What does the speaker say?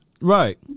Right